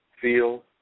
feel